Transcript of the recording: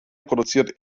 produziert